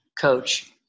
coach